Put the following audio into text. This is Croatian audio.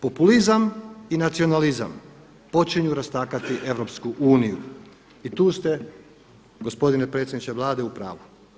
Populizam i nacionalizam počinju rastakati EU i tu ste gospodine predsjedniče Vlade u pravu.